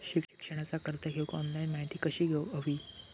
शिक्षणाचा कर्ज घेऊक ऑनलाइन माहिती कशी घेऊक हवी?